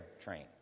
train